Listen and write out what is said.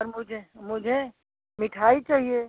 sir मुझे मुझे मिठाई चाहिए